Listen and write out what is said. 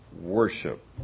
worship